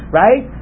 right